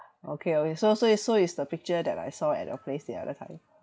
okay okay so so it's so it's the picture that I saw at your place the other time